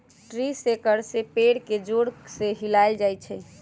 tree shaker से पेड़ के जोर से हिलाएल जाई छई